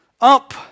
up